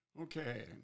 Okay